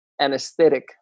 anesthetic